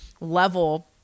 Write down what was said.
level